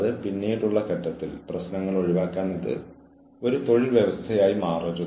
ഒരു feedback session നടത്തുക